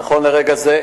נכון לרגע זה,